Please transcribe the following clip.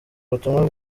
ubutumwa